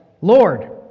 Lord